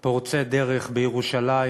פורצי דרך בירושלים